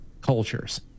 cultures